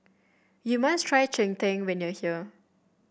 you must try Cheng Tng when you are here